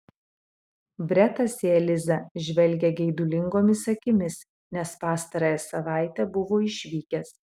bretas į elizą žvelgė geidulingomis akimis nes pastarąją savaitę buvo išvykęs